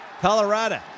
Colorado